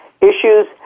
issues